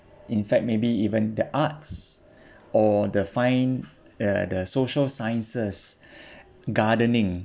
in fact maybe even the arts or the fine uh the social sciences gardening